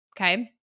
Okay